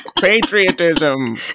Patriotism